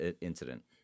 incident